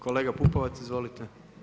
Kolega Pupovac, izvolite.